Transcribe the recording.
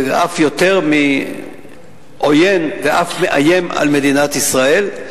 ואף יותר מעוין, מאיים על מדינת ישראל.